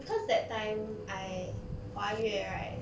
because that time I 华乐 right